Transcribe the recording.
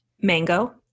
Mango